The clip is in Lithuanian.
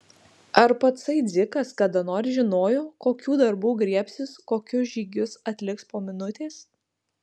ar patsai dzikas kada nors žinojo kokių darbų griebsis kokius žygius atliks po minutės